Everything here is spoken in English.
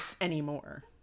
anymore